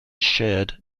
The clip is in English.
shared